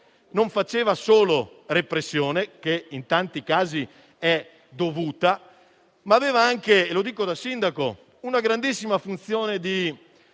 non faceva solo repressione, che in tanti casi è dovuta, ma aveva anche - lo dico da sindaco - una grandissima funzione di